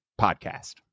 podcast